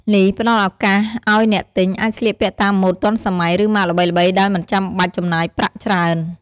នេះផ្ដល់ឱកាសឱ្យអ្នកទិញអាចស្លៀកពាក់តាមម៉ូដទាន់សម័យ ឬម៉ាកល្បីៗដោយមិនចាំបាច់ចំណាយប្រាក់ច្រើន។